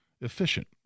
efficient